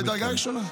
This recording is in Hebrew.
בדרגה ראשונה.